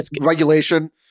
regulation